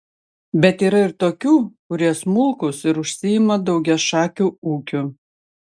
bet yra ir tokių kurie smulkūs ir užsiima daugiašakiu ūkiu